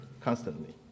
constantly